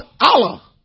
Allah